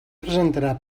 presentarà